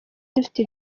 dufite